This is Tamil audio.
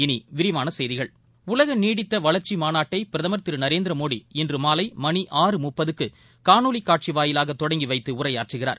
இனி விரிவான செய்திகள் உலக நீடித்த வளர்ச்சி மாநாட்டை பிரதமர் திரு நரேந்திர மோடி இன்று மாலை மணி ஆறு முப்பதுக்கு காணொலி காட்சி வாயிலாக தொடங்கி வைத்து உரையாற்றுகிறார்